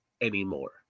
anymore